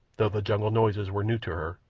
though the jungle noises were new to her,